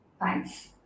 Thanks